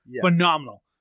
Phenomenal